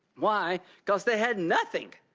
why? because they had nothing.